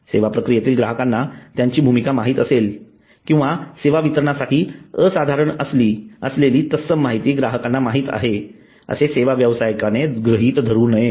सेवा प्रक्रियेत ग्राहकांना त्यांची भूमिका माहित असेल किंवा सेवा वितरणासाठी असाधारण असलेली तत्सम माहिती ग्राहकांना माहित आहे असे सेवा व्यवसायिकाने गृहीत धरू नये